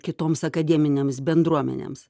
kitoms akademinėms bendruomenėms